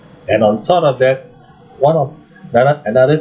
and on top of that one of another another